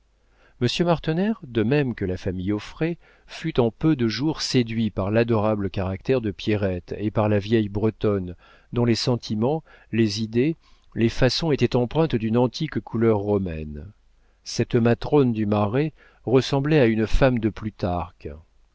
martener de même que la famille auffray fut en peu de jours séduit par l'adorable caractère de pierrette et par la vieille bretonne dont les sentiments les idées les façons étaient empreintes d'une antique couleur romaine cette matrone du marais ressemblait à une femme de plutarque